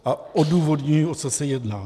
A odůvodním, o co se jedná.